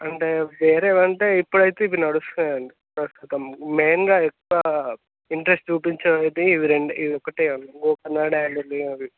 అంటే వేరేవి అంటే ఇప్పుడైతే ఇవి నడుస్తున్నాయి అండి ప్రస్తుతం మెయిన్గా ఎక్కువ ఇంట్రస్ట్ చూపించేవి ఇవి రెండే ఇవి ఒక్కటే గోకర్ణ డాండేలి అవి